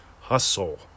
Hustle